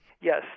Yes